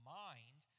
mind